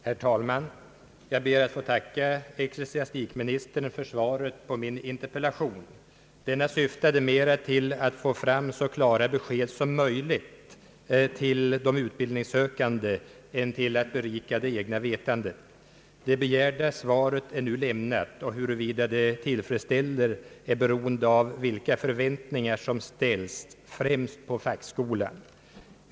Herr talman! Jag ber att få tacka ecklesiastikministern för svaret på min interpellation. Denna syftade mera till att få fram så klara besked som möjligt till de utbildningssökande än till att berika det egna vetandet. Det begärda svaret är nu lämnat och huruvida det tillfredsställer är beroende av vilka förväntningar som ställts främst på fackskolan.